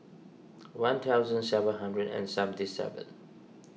one thousand seven hundred and seventy seven